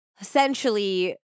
essentially